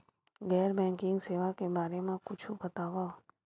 गैर बैंकिंग सेवा के बारे म कुछु बतावव?